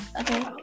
Okay